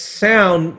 sound